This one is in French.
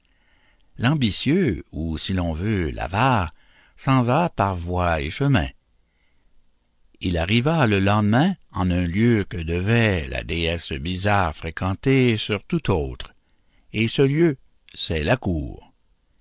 l'ambitieux ou si l'on veut l'avare s'en va par voie et par chemin il arriva le lendemain en un lieu que devait la déesse bizarre fréquenter sur tout autre et ce lieu c'est la cour